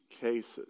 cases